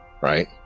right